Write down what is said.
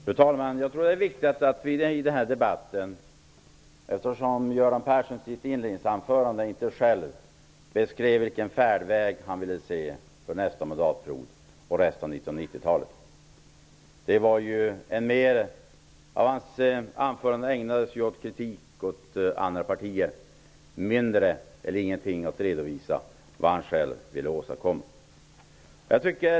Fru talman! I sitt inledningsanförande beskrev inte Göran Persson vilken färdväg som han ville se för nästa mandatperiod och för resten av 1990-talet. Det är viktigt i den här debatten. Mycket av hans anförande ägnades åt kritik av andra partier och mindre, eller ingenting, åt att redovisa vad han själv vill åstadkomma.